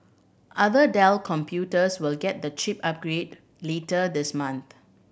other Dell computers will get the chip upgrade later this month